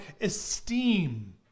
esteem